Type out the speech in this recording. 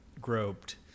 groped